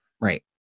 Right